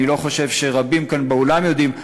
אני לא חושב שרבים כאן באולם יודעים,